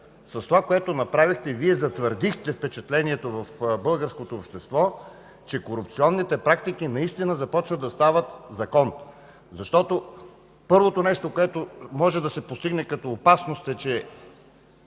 с това, което направихте, Вие затвърдихте впечатлението в българското общество, че корупционните практики наистина започват да стават закон. Първото нещо, което може да се постигне като опасност е, че